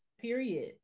period